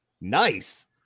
nice